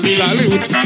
salute